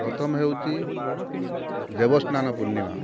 ପ୍ରଥମେ ହେଉଛି ଦେବସ୍ନାନ ପୂର୍ଣ୍ଣିମା